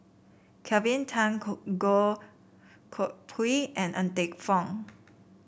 Kelvin Tan Goh Koh Pui and Ng Teng Fong